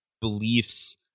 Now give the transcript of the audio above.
beliefs